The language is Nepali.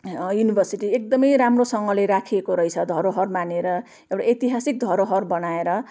युनिभर्सिटी एकदमै राम्रोसँगले राखिएको रहेछ धरोहर मानेर एउटा ऐतिहासिक धरोहर बनाएर